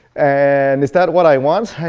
and is that what i want?